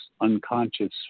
unconscious